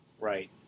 Right